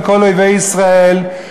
על כל אויבי ישראל,